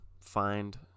Find